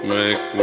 make